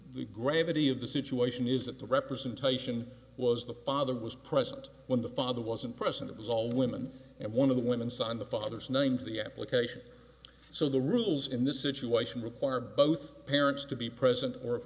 the gravity of the situation is that the representation was the father was present when the father wasn't present it was all women and one of the women signed the father's name to the application so the rules in this situation require both parents to be present or if